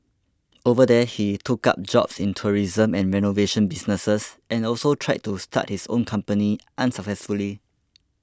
over there he took up jobs in tourism and renovation businesses and also tried to start his own company unsuccessfully